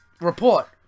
report